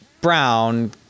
Brown